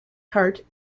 hart